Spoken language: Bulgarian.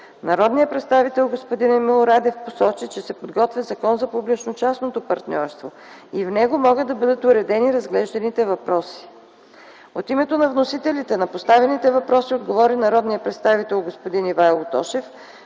Народният представител Емил Радев посочи, че се подготвя Закон за публично-частното партньорство и в него могат да бъдат уредени разглежданите въпроси. От името на вносителите на поставените въпроси отговори народният представител Ивайло Тошев,